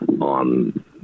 on